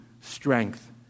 strength